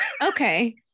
Okay